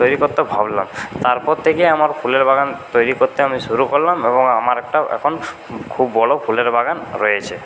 তৈরি করতে ভাবলাম তারপর থেকে আমার ফুলের বাগান তৈরি করতে আমি শুরু করলাম এবং আমার একটা এখন খুব বড় ফুলের বাগান রয়েছে